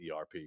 ERP